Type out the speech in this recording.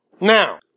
Now